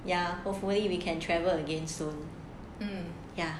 ya hopefully we can travel again soon ya